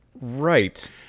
Right